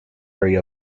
area